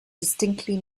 distinctly